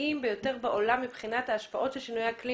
הנפגעים ביותר בעולם מבחינת ההשפעות של שינויי אקלים